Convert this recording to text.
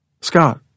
Scott